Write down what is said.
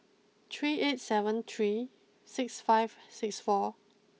three eight seven three six five six four